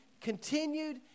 continued